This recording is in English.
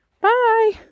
Bye